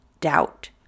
doubt